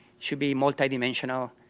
should be multidimensional,